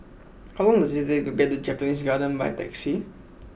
how long does it take to get to Japanese Garden by taxi